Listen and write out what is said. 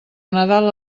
nadal